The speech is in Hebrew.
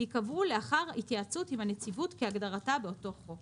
ייקבעו לאחר התייעצות עם הנציבות כהגדרתה באותו חוק."